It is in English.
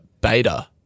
beta